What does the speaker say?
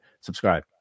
Subscribe